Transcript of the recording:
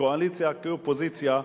קואליציה כאופוזיציה,